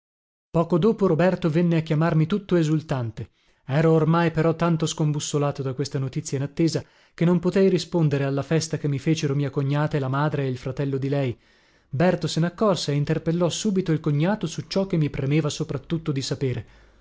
poco dopo roberto venne a chiamarmi tutto esultante ero ormai però tanto scombussolato da questa notizia inattesa che non potei rispondere alla festa che mi fecero mia cognata e la madre e il fratello di lei berto se naccorse e interpellò subito il cognato su ciò che mi premeva soprattutto di sapere